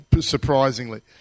surprisingly